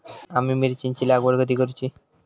आम्ही मिरचेंची लागवड कधी करूची?